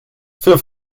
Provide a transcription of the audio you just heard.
für